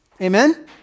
Amen